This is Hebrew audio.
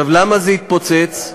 למה זה התפוצץ?